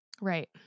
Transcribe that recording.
Right